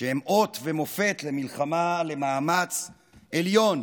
שהם אות ומופת למלחמה, למאמץ עליון